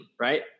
Right